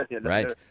right